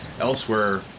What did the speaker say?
elsewhere